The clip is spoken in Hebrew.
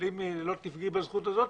אבל אם לא תפגעי בזכות הזאת,